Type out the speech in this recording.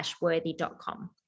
Worthy.com